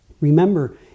Remember